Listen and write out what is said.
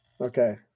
okay